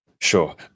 Sure